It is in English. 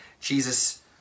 Jesus